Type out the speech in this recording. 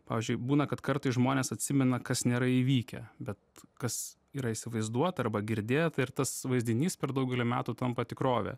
pavyzdžiui būna kad kartais žmonės atsimena kas nėra įvykę bet kas yra įsivaizduota arba girdėta ir tas vaizdinys per daugelį metų tampa tikrove